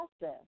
process